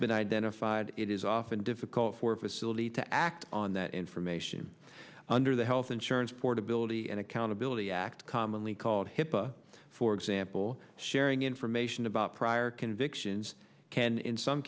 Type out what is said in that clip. been identified it is often difficult for a facility to act on that information under the health insurance portability and accountability act commonly called hipaa for example sharing information about prior convictions can in some